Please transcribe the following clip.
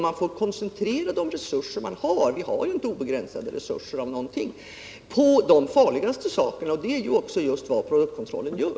Man får koncentrera de resurser man har — vi har inte obegränsade resurser av någonting — på de farligaste sakerna, och det är just vad produktkontrollen gör.